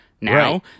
now